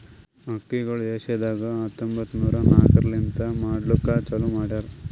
ಅಕ್ಕಿಗೊಳ್ ಏಷ್ಯಾದಾಗ್ ಹತ್ತೊಂಬತ್ತು ನೂರಾ ನಾಕರ್ಲಿಂತ್ ಮಾಡ್ಲುಕ್ ಚಾಲೂ ಮಾಡ್ಯಾರ್